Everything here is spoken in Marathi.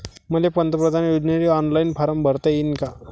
मले पंतप्रधान योजनेसाठी ऑनलाईन फारम भरता येईन का?